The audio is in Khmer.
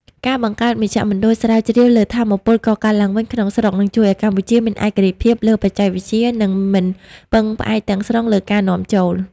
ការបង្កើតមជ្ឈមណ្ឌលស្រាវជ្រាវលើ "ថាមពលកកើតឡើងវិញ" ក្នុងស្រុក នឹងជួយឱ្យកម្ពុជាមានឯករាជ្យភាពលើបច្ចេកវិទ្យា និងមិនពឹងផ្អែកទាំងស្រុងលើការនាំចូល។